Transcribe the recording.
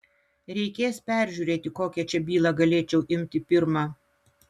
reikės peržiūrėti kokią čia bylą galėčiau imti pirmą